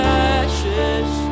ashes